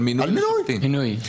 על מינוי שופטים.